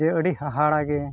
ᱡᱮ ᱟᱹᱰᱤ ᱦᱟᱦᱟᱲᱟᱜᱮ